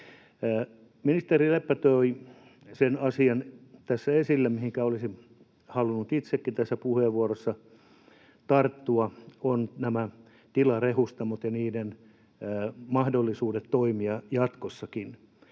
Ministeri Leppä toi sen asian tässä esille, mihinkä olisin halunnut itsekin tässä puheenvuorossa tarttua. Se on nämä tilarehustamot ja niiden mahdollisuudet toimia jatkossakin.